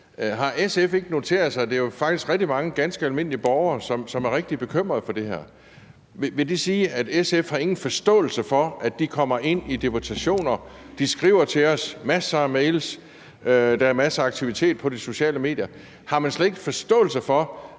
Har SF ikke noteret sig, at det faktisk er rigtig mange ganske almindelige borgere, som er rigtig bekymrede for det her? Vil det sige, at SF ikke har nogen forståelse for, at de kommer ind i deputationer, de skriver til os, masser af mails, og der er masser af aktivitet på de sociale medier – har man slet ikke forståelse for,